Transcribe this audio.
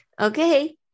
Okay